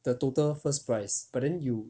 the total first price but then you